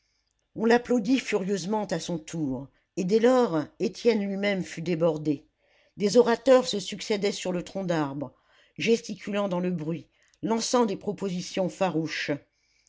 on l'applaudit furieusement à son tour et dès lors étienne lui-même fut débordé des orateurs se succédaient sur le tronc d'arbre gesticulant dans le bruit lançant des propositions farouches